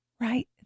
right